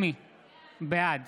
בעד